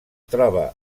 troba